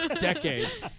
Decades